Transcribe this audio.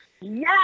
yes